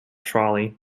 trolley